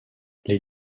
les